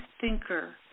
thinker